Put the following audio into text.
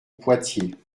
poitiers